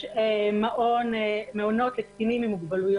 יש מעונות לקטינים עם מוגבלויות,